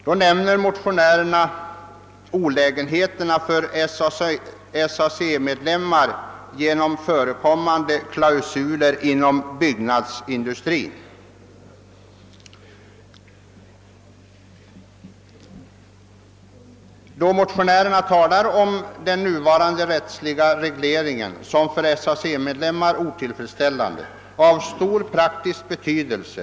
Där nämner motionärerna olägenheterna för SAC:s medlemmar: genom förekommande klausuler inom byggnadsbranschen. I det sammanhanget talar motionärerna om den nuvarande rättsliga regleringen som otillfredsställande för SAC:s medlemmar och säger att den är av stor praktisk betydelse.